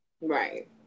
right